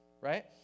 right